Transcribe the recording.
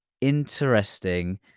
Interesting